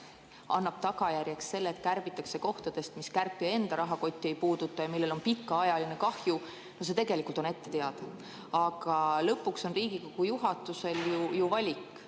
annab tagajärjeks selle, et kärbitakse kohtadest, mis kärpija enda rahakotti ei puuduta ja millel on pikaajaline kahju – no see tegelikult on ette teada. Aga lõpuks on Riigikogu juhatusel ju valik.